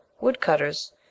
Woodcutters